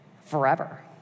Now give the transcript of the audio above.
forever